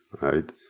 right